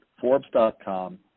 Forbes.com